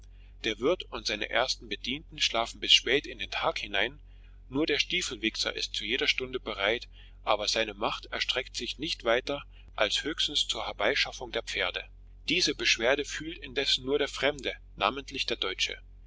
der wirt und seine ersten bedienten schlafen bis spät in den tag hinein nur der stiefelwichser ist zu jeder stunde bereit aber seine macht erstreckt sich nicht weiter als höchstens zur herbeischaffung der pferde diese beschwerde fühlt indessen nur der fremde namentlich der deutsche